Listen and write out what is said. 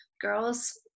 girls